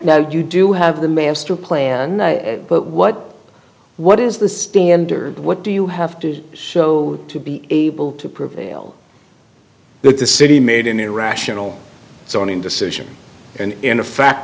now you do have the master plan but what what is the standard what do you have to show to be able to prevail but the city made an irrational sony decision and in